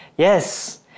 Yes